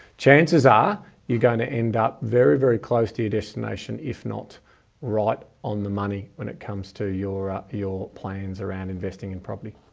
chances are you're going to end up very, very close to your destination, if not right on the money. when it comes to your your plans around investing in property,